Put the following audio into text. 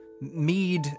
mead